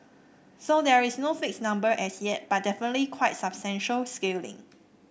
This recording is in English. so there is no fixed number as yet but definitely quite substantial scaling